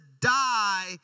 die